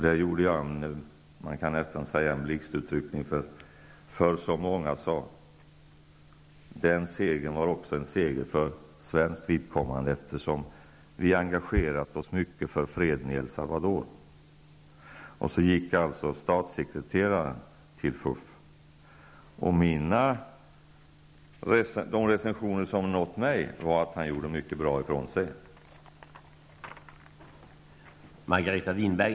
Där gjorde jag något som man nästan skulle kunna kalla en blixtutryckning, eftersom -- som många sade -- den segern också var en seger för svenskt vidkommande; vi har engagerat oss mycket för freden i El Salvador. Så gick alltså statssekreteraren till FUF. De recensioner som nått mig är att han gjorde mycket bra ifrån sig.